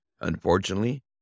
unfortunately